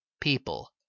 people